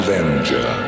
Avenger